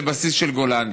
שזה בסיס של גולני.